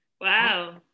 Wow